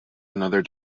another